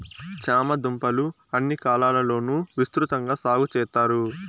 చామ దుంపలు అన్ని కాలాల లోనూ విసృతంగా సాగు చెత్తారు